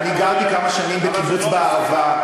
אני גרתי כמה שנים בקיבוץ בערבה,